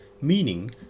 Meaning